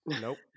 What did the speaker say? Nope